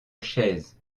chaise